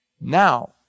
Now